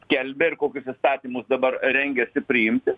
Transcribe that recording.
skelbia ir kokius įstatymus dabar rengiasi priimti